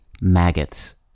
maggots